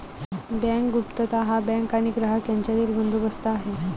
bank गुप्तता हा bank आणि ग्राहक यांच्यातील बंदोबस्त आहे